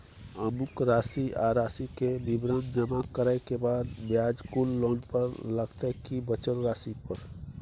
अमुक राशि आ राशि के विवरण जमा करै के बाद ब्याज कुल लोन पर लगतै की बचल राशि पर?